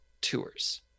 tours